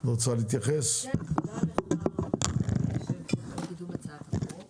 הצעת החוק